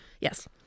Yes